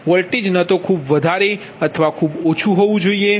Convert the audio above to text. voltage ન તો ખૂબ વધારે અથવા ઓછું હોવું જોઈએ